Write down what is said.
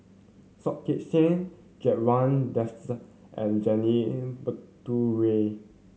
Soh Kay Siang Ridzwan and Janil